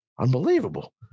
unbelievable